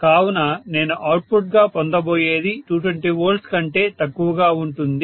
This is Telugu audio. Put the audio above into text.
కావున నేను అవుట్పుట్ గా పొందబోయేది 220V కంటే తక్కువగా ఉంటుంది